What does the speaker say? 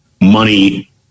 money